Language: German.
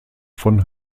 von